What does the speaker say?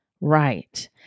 Right